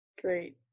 Great